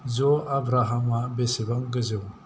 जन आब्राहामा बेसेबां गोजौ